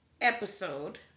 episode